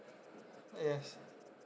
yes